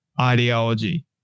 ideology